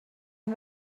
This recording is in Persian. این